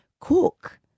cook